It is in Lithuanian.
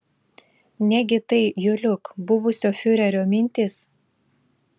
negi tai juliuk buvusio fiurerio mintys